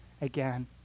again